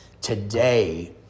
Today